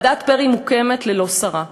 ועדת פרי מוקמת ללא שרה.